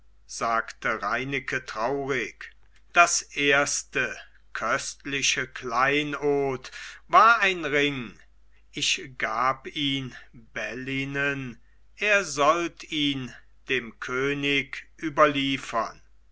sagte reineke traurig das erste köstliche kleinod war ein ring ich gab ihn bellynen er sollt ihn dem könig überliefern